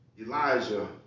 Elijah